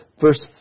Verse